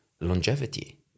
longevity